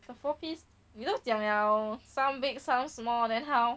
the four piece 你都讲了 some big some small then how